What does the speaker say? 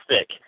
thick